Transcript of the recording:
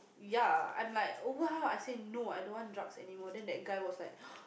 ya I'm like !wow! I say no I don't want drugs anymore and that guy was like